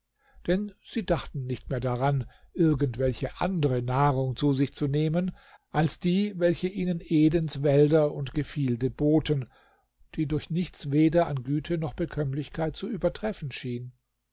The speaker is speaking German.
denn sie dachten nicht mehr daran irgend welche andre nahrung zu sich zu nehmen als die welche ihnen edens wälder und gefilde boten und die durch nichts weder an güte noch bekömmlichkeit zu übertreffen schien